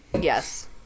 Yes